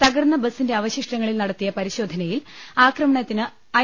തകർന്ന ബസിന്റെ അവശിഷ്ടങ്ങളിൽ നടത്തിയ പരിശോധനയിൽ ആക്രമണത്തിന് ഐ